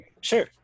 sure